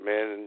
Man